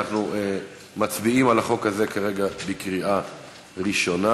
אנחנו מצביעים על החוק הזה כרגע בקריאה ראשונה.